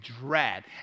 dread